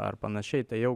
ar panašiai tai jau